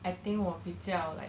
I think 我比较 like